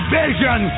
vision